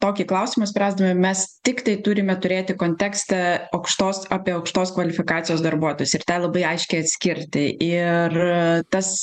tokį klausimą spręsdami mes tiktai turime turėti kontekstą aukštos apie aukštos kvalifikacijos darbuotojus ir tą labai aiškiai atskirti ir tas